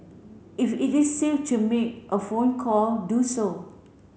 if it is safe to make a phone call do so